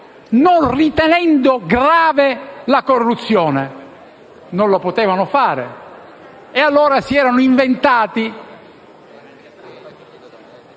non ritenendo grave la corruzione? Non lo potevano fare e, allora, ci si è inventati